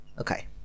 Okay